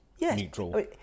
neutral